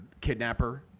kidnapper